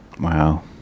Wow